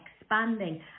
expanding